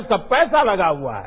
उसका पैसा लगा हुआ है